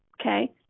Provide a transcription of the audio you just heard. okay